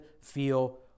feel